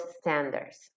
standards